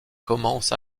commence